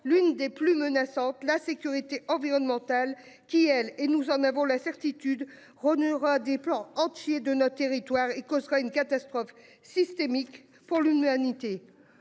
l'une des plus menaçante. La sécurité environnementale qui elle et nous en avons la certitude renouera des plans entiers de notre territoire et sera une catastrophe systémique pour l'humanité.